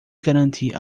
garantir